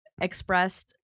expressed